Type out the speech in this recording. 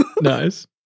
Nice